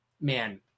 man